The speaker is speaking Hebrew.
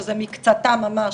שזה מקצתם ממש,